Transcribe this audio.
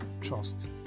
trust